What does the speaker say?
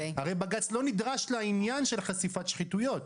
הרי בג"ץ לא נדרש לעניין של חשיפת שחיתויות,